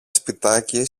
σπιτάκι